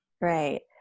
Right